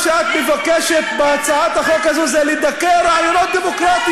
אבל מה שאת מבקשת בהצעת החוק הזאת זה לדכא רעיונות דמוקרטיים.